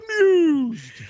amused